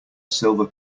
silver